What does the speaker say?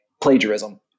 plagiarism